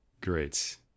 Great